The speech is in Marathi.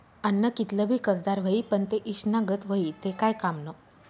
आन्न कितलं भी कसदार व्हयी, पन ते ईषना गत व्हयी ते काय कामनं